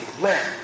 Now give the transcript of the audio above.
let